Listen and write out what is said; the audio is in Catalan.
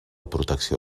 protecció